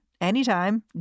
anytime